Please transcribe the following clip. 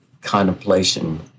contemplation